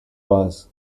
was